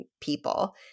people